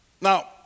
Now